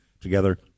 together